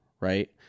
right